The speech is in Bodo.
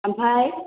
ओमफ्राय